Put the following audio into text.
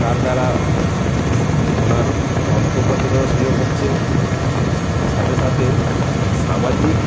তার দ্বারা ওনার অর্থ উপার্জনেও সুযোগ হচ্ছে সাথে সাথে সামাজিক